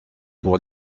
pour